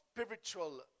spiritual